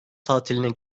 tatiline